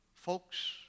Folks